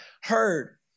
heard